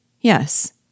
Yes